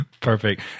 Perfect